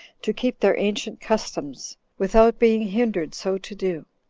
to keep their ancient customs without being hindered so to do.